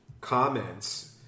comments